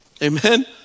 Amen